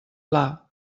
pla